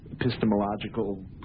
epistemological